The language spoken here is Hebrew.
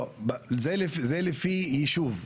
לא, זה לפי ישוב.